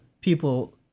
people